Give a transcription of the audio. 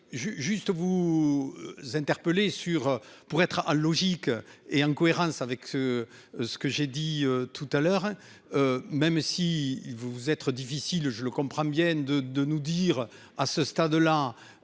juste vous. Interpeller sur pour être logique et en cohérence avec. Ce que j'ai dit tout à l'heure. Même si vous vous être difficile, je le comprends bien de, de nous dire à ce stade là.